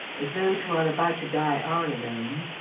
as those who are about to die are alone,